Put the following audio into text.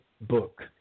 book